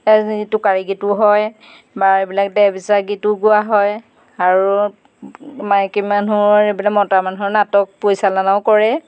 টোকাৰী গীতো হয় বা এইবিলাক দেহ বিচাৰ গীতো গোৱা হয় আৰু মাইকী মানুহৰ এইবিলাক মতা মানুহৰ নাটক পৰিচালনাও কৰে